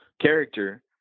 character